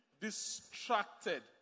distracted